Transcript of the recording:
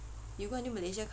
you go until Malaysia